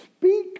speak